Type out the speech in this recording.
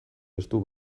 estu